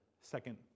second